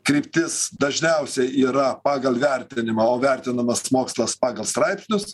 kryptis dažniausiai yra pagal vertinimą o vertinamas mokslas pagal straipsnius